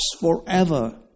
forever